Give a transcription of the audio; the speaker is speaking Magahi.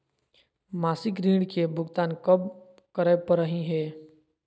मासिक ऋण के भुगतान कब करै परही हे?